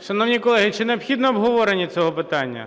Шановні колеги, чи необхідне обговорення з цього питання?